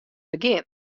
begjin